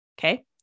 Okay